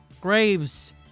Graves